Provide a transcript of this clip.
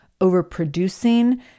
overproducing